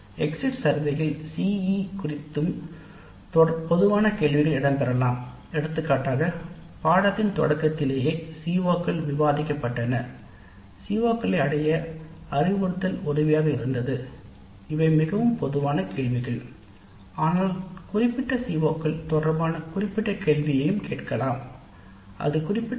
exit சர்வேயில் CEO குறித்து பொதுவான கேள்விகள் இடம் பெறலாம் ஆனால் குறிப்பிட்ட சிஓக்கள் தொடர்பான குறிப்பிட்ட கேள்விகளையும் கேட்கலாம் அது குறிப்பிட்ட சி